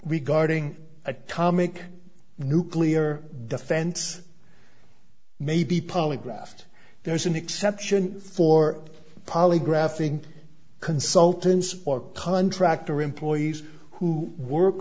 regarding atomic nuclear defense may be polygraphed there's an exception for polygraphing consultants or contractor employees who work